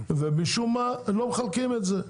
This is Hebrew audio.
משום מה, הם לא מחלקים את זה.